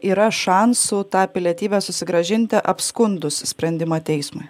yra šansų tą pilietybę susigrąžinti apskundus sprendimą teismui